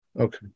Okay